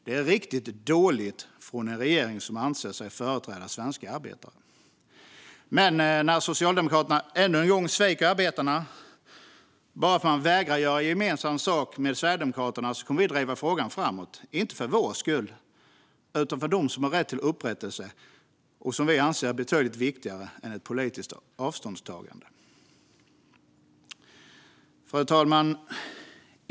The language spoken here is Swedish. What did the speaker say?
Det är riktigt dåligt av en regering som anser sig företräda svenska arbetare. Men när Socialdemokraterna ännu en gång sviker arbetarna bara för att man vägrar göra gemensam sak med Sverigedemokraterna kommer vi att driva frågan framåt, inte för vår skull utan för dem som har rätt till upprättelse och som vi anser är betydligt viktigare än ett politiskt avståndstagande. Fru talman!